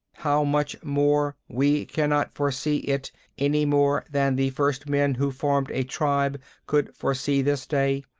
how much more? we cannot foresee it any more than the first men who formed a tribe could foresee this day.